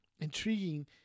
intriguing